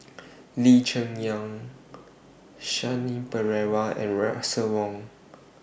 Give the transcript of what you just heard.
Lee Cheng Yan Shanti Pereira and Russel Wong